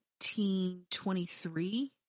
1923